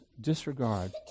disregard